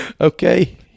okay